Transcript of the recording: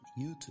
YouTube